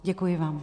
Děkuji vám.